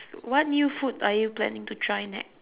what new food are you planning to try next